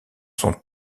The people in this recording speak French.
sont